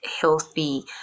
healthy